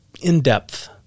in-depth